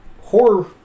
horror